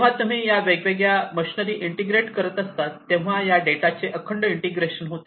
जेव्हा तुम्ही या सगळ्या वेगवेगळ्या मशनरी इंटिग्रेट करत असतात तेव्हा या डेटा चे अखंड इंटिग्रेशन होते